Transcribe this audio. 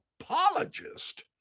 apologist